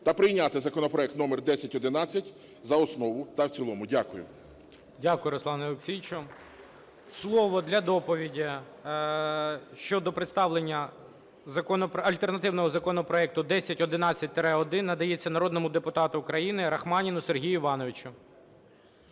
та прийняти законопроект №1011 за основу та в цілому. Дякую. ГОЛОВУЮЧИЙ. Дякую Руслане Олексійовичу. Слово для доповіді щодо представлення альтернативного законопроекту 1011-1 надається народному депутату України Рахманіну Сергію Івановичу.